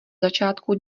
začátku